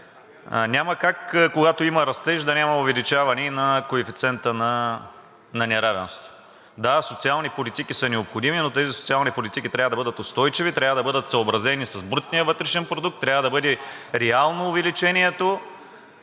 Няма как, когато има растеж, да няма увеличаване и на коефициента на неравенство. Да, социални политики са необходими, но тези социални политики трябва да бъдат устойчиви, трябва да бъдат съобразени с брутния вътрешен продукт, трябва да бъде реално увеличението.